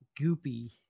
goopy